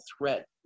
threat